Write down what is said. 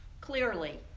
clearly